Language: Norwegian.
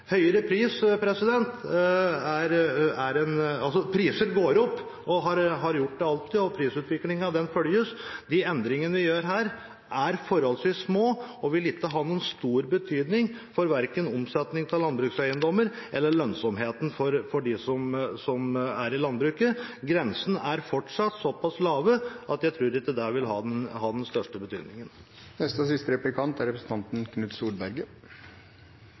Priser går opp, det har de alltid gjort, og prisutviklingen følges. De endringene vi gjør her, er forholdsvis små og vil ikke ha noen stor betydning verken for omsetning av landbrukseiendommer eller for lønnsomheten for dem som er i landbruket. Grensene er fortsatt såpass lave, så jeg tror ikke det vil ha den største betydningen. To forhold: Representanten Lundteigen tok jo opp det som er